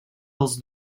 dels